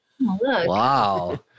Wow